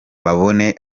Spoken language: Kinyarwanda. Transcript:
babone